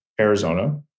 Arizona